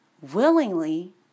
willingly